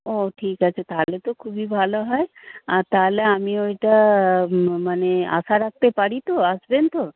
ও ঠিক আছে তাহলে তো খুবই ভালো হয় আর তাহলে আমি ওইটা মানে আশা রাখতে পারি তো আসবেন তো